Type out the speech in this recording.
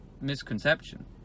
misconception